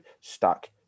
stuck